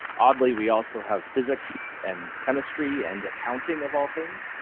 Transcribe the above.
oddly we also have physics and chemistry and accounting of all things,